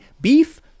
beef